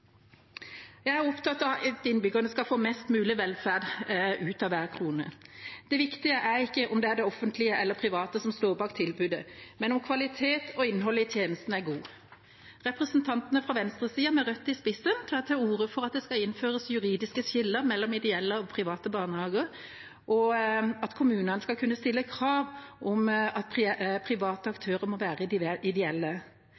Jeg er opptatt av at innbyggerne skal få mest mulig velferd ut av hver krone. Det viktige er ikke om det er det offentlige eller det private som står bak tilbudet, men om kvalitet og innhold i tjenesten er god. Representantene fra venstresiden, med Rødt i spissen, tar til orde for at det skal innføres juridiske skiller mellom ideelle og private barnehager, og at kommunene skal kunne stille krav om at private